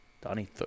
Donnie